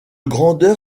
grandeur